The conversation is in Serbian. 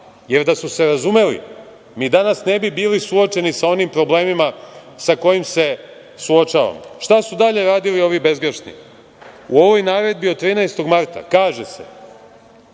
jer da su se razumeli mi danas ne bi bili suočeni sa onim problemima sa kojim se suočavamo. Šta su dalje radili ovi bezgrešni? U ovoj naredbi od 13. marta kaže se